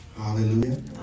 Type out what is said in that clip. Hallelujah